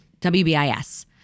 WBIS